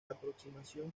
aproximación